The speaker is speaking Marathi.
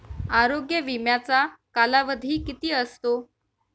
आरोग्य विम्याचा कालावधी किती असतो?